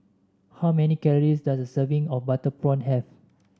how many calories does a serving of Butter Prawn have